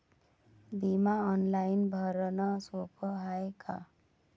बिमा ऑनलाईन भरनं सोप हाय का?